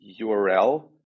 URL